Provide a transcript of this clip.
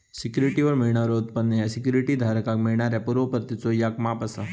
सिक्युरिटीवर मिळणारो उत्पन्न ह्या सिक्युरिटी धारकाक मिळणाऱ्यो पूर्व परतीचो याक माप असा